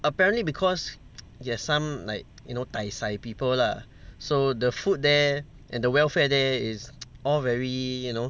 apparently because there's some like you know dai sai people lah so the food there and the welfare there is all very you know